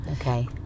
okay